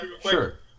sure